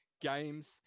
games